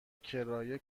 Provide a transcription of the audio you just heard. کرایه